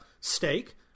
steak